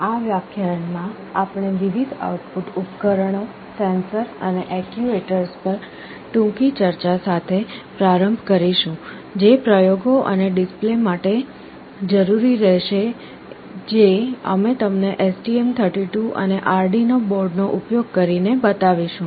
આ વ્યાખ્યાન માં આપણે વિવિધ આઉટપુટ ઉપકરણો સેન્સર અને એક્ચ્યુએટર્સ પર ટૂંકી ચર્ચા સાથે પ્રારંભ કરીશું જે પ્રયોગો અને ડિસ્પ્લે માટે જરૂરી રહેશે જે અમે તમને STM32 અને આર્ડિનો બોર્ડ નો ઉપયોગ કરીને બતાવીશું